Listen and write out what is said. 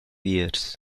years